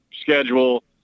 schedule